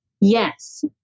Yes